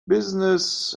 business